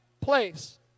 place